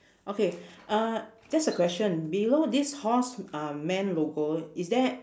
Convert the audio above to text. okay uh just a question below this horse um man logo is there